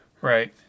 Right